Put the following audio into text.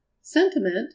Sentiment